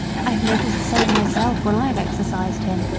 i have noticed the same myself, when i have exercised him.